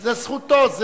זה זכותו.